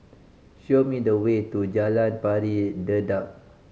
show me the way to Jalan Pari Dedap